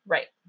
Right